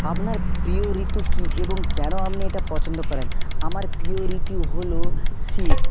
আপনার প্রিয় ঋতু কি এবং কেন আপনি এটা পছন্দ করেন আমার প্রিয় ঋতু হলো শীত